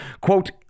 Quote